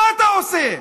מה אתה עושה?